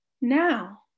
Now